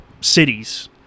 cities